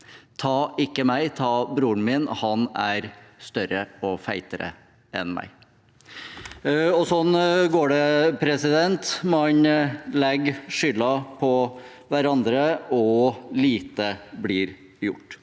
ta ikke meg, ta broren min, han er større og fetere enn meg. Slik går det – man legger skylden på hverandre, og lite blir gjort.